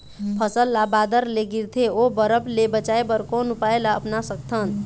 फसल ला बादर ले गिरथे ओ बरफ ले बचाए बर कोन उपाय ला अपना सकथन?